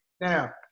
Now